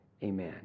Amen